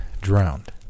drowned